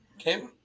Okay